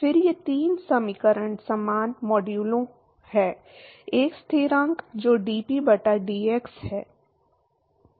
फिर ये तीन समीकरण समान मॉड्यूलो हैं एक स्थिरांक जो dP बटा dx है